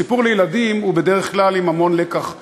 סיפור לילדים הוא בדרך כלל עם המון לקח למבוגרים,